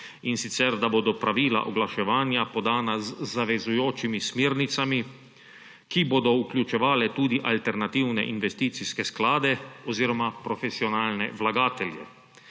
in sicer da bodo pravila oglaševanja podana z zavezujočimi smernicami, ki bodo vključevale tudi alternativne investicijske sklade oziroma profesionalne vlagatelje.